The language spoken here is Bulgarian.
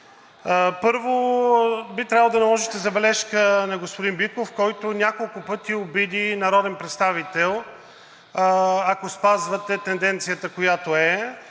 Първо, би трябвало да наложите забележка на господин Биков, който няколко пъти обиди народен представител, ако спазвате тенденцията, която е.